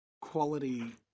quality